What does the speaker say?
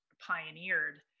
pioneered